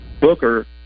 Booker